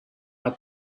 are